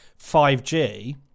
5G